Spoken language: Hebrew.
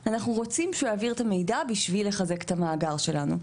אנחנו רוצים שהוא יעביר את המידע בשביל לחזק את המאגר שלנו.